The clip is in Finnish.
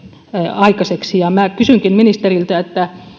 aikaiseksi minä kysynkin ministeriltä